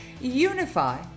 unify